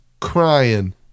crying